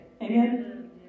Amen